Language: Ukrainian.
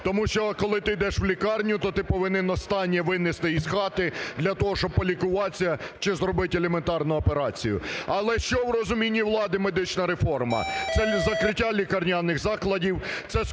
Тому що, коли ти йдеш в лікарня, то ти повинен останнє винести із хати для того, щоб полікуватися чи зробити елементарну операцію. Але що в розумінні влади медична реформа? Це закриття лікарняних закладів, це скорочення,